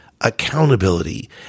accountability